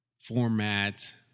format